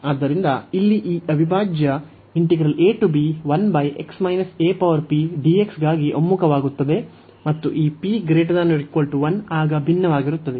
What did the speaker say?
ಆದ್ದರಿಂದ ಇಲ್ಲಿ ಈ ಅವಿಭಾಜ್ಯ ಗಾಗಿ ಒಮ್ಮುಖವಾಗುತ್ತದೆ ಮತ್ತು ಈ p≥1 ಆಗ ಭಿನ್ನವಾಗಿರುತ್ತದೆ